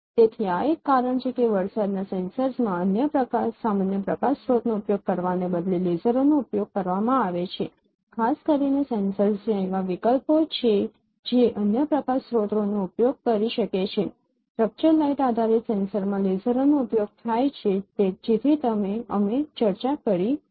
તેથી આ એક કારણ છે કે વરસાદના સેન્સર્સમાં અન્ય સામાન્ય પ્રકાશ સ્રોતનો ઉપયોગ કરવાને બદલે લેસરોનો ઉપયોગ કરવામાં આવે છે ખાસ કરીને સેન્સર જ્યાં એવા વિકલ્પો છે કે જે અન્ય પ્રકાશ સ્રોતોનો ઉપયોગ કરી શકે છે સ્ટ્રક્ચર્ડ લાઇટ આધારિત સેન્સરમાં લેસરોનો ઉપયોગ થાય છે જેની અમે ચર્ચા કરી હતી